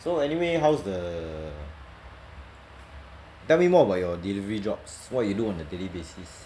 so anyway how's the tell me more about your delivery jobs what you do on a daily basis